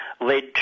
led